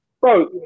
Bro